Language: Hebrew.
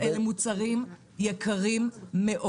אלה מוצרים יקרים מאוד.